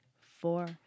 four